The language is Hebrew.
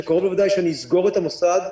שקרוב לוודאי שאני אסגור את המוסד,